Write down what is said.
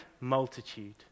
multitude